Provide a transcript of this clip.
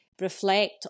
reflect